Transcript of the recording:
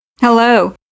Hello